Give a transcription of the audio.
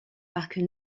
parc